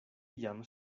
jam